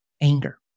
anger